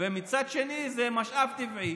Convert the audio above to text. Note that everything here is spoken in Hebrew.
ומצד שני, זה משאב טבעי,